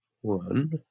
one